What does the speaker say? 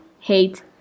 hate